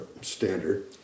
standard